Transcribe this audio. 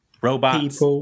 robots